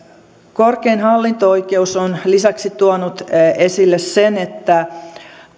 korkein hallinto oikeus on lisäksi tuonut esille sen että